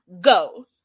go